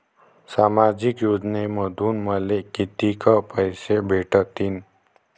सामाजिक योजनेमंधून मले कितीक पैसे भेटतीनं?